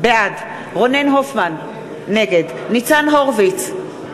בעד רונן הופמן, נגד ניצן הורוביץ,